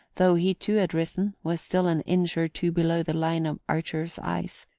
though he too had risen, was still an inch or two below the line of archer's eyes.